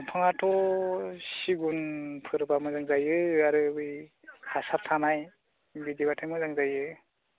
दंफाङाथ' सिगुनफोरबा मोजां जायो आरो बै हासार थानाय बिदिबाथाय मोजां जायो